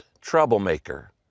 troublemaker